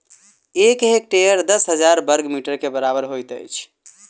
एक हेक्टेयर दस हजार बर्ग मीटर के बराबर होइत अछि